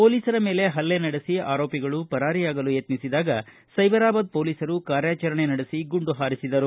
ಪೊಲೀಸರ ಮೇಲೆ ಹಲ್ಲೆ ನಡೆಸಿ ಆರೋಪಿಗಳು ಪರಾರಿಯಾಗಲು ಯತ್ನಿಸಿದಾಗ ಸೈಬರಾಬಾದ್ ಪೊಲೀಸರು ಕಾರ್ಯಾಚರಣೆ ನಡೆಸಿ ಗುಂಡು ಹಾರಿಸಿದರು